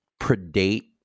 predate